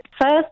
first